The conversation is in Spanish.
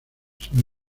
sobre